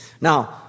Now